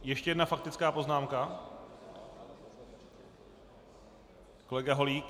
Ještě jedna faktická poznámka kolega Holík.